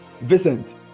Vincent